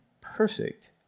perfect